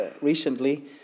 recently